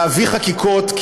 להביא חקיקות,